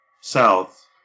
south